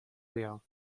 wheel